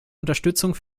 unterstützung